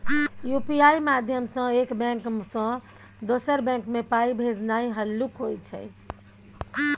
UPI माध्यमसँ एक bank सँ दोसर बैंक मे पाइ भेजनाइ हल्लुक होइ छै